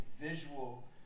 visual